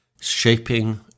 shaping